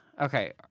Okay